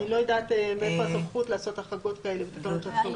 אני לא יודעת מאיפה הסמכות לעשות החרגות כאלה בתקנות שעות חירום.